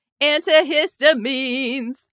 Antihistamines